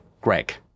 greg